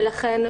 ולכן,